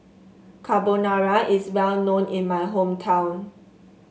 carbonara is well known in my hometown